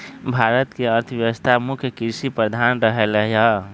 भारत के अर्थव्यवस्था मुख्य कृषि प्रधान रहलै ह